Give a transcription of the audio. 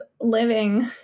living